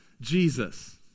Jesus